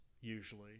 usually